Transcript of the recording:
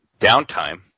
downtime